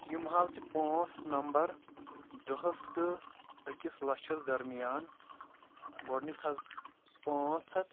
یِم حظ چھِ پانٛژھ نمبر دَہس تہٕ أکِس لچھس درمیان گۄڈنیُک حظ پانٛژھ ہتھ